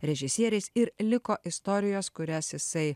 režisieriais ir liko istorijos kurias jisai